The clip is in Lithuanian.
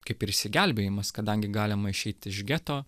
kaip ir išsigelbėjimas kadangi galima išeiti iš geto